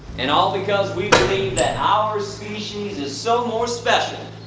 and all because we believe that our species is so more special,